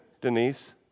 Denise